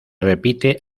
repite